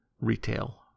retail